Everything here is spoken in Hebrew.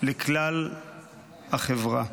לכלל החברה.